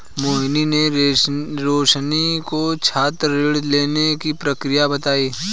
मोहिनी ने रोशनी को छात्र ऋण लेने की प्रक्रिया बताई